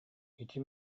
ити